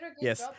Yes